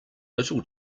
little